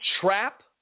trap